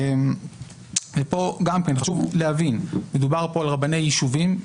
פה חשוב להבין שמדובר על רבני יישובים.